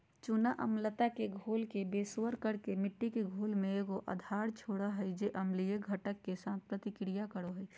चूना अम्लता के घोल के बेअसर कर के मिट्टी के घोल में एगो आधार छोड़ हइ जे अम्लीय घटक, के साथ प्रतिक्रिया करो हइ